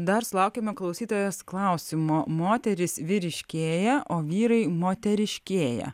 dar sulaukėme klausytojos klausimo moterys vyriškėja o vyrai moteriškėja